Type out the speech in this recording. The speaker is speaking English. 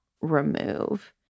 remove